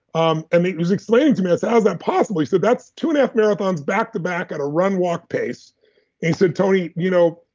um and he was explaining to me, i said, how's that possible? he said that's two and half marathons, back to back at a run walk pace. and he said, tony, you know,